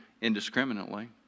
indiscriminately